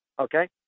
okay